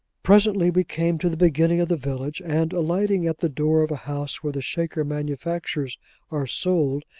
presently we came to the beginning of the village, and alighting at the door of a house where the shaker manufactures are sold,